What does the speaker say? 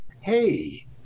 hey